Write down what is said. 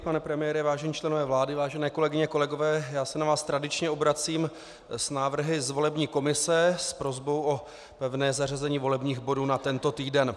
Pane premiére, vážení členové vlády, vážené kolegyně, kolegové, já se na vás tradičně obracím s návrhy z volební komise s prosbou o pevné zařazení volebních bodů na tento týden.